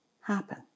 happen